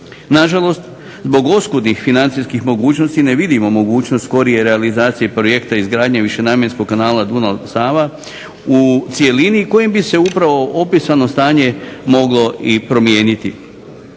Na žalost, zbog oskudnih financijskih mogućnosti ne vidimo mogućnost skorije realizacije projekta izgradnje višenamjenskog kanala Dunav – Sava u cjelini kojim bi se upravo opisano stanje moglo i promijeniti.